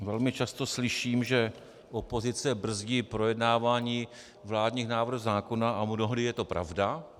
Velmi často slyším, že opozice brzdí projednávání vládních návrhů zákona, a mnohdy je to pravda.